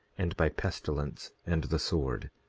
and by pestilence, and the sword.